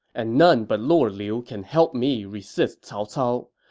and none but lord liu can help me resist cao cao,